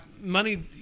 money